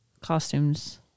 costumes